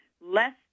less